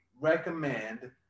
recommend